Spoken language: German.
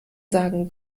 sagen